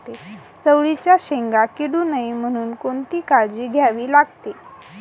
चवळीच्या शेंगा किडू नये म्हणून कोणती काळजी घ्यावी लागते?